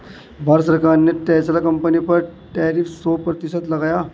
भारत सरकार ने Tesla company पर टैरिफ सो प्रतिशत लगाया